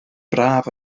braf